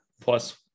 plus